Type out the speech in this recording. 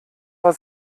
war